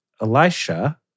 Elisha